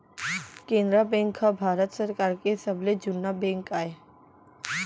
Canara bank ह भारत सरकार के सबले जुन्ना बेंक आय